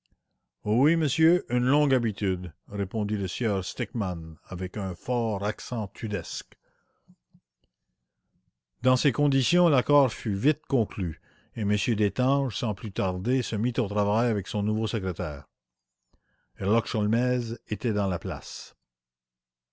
oui monsieur une longue habitude répondit le sieur stickmann avec un fort accent tudesque tout de suite m destange le mit au courant et l'installa devant un pupitre herlock sholmès était dans la place